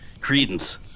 Credence